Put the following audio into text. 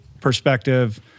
perspective